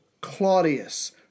Claudius